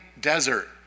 desert